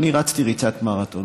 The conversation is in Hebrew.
רצתי ריצת מרתון.